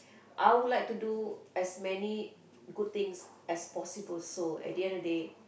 I will like to do as many good things as possible so at the end of the day